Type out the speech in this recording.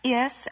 Yes